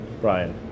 Brian